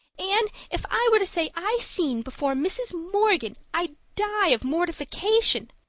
anne, if i were to say i seen before mrs. morgan i'd die of mortification.